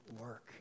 work